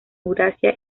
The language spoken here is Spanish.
eurasia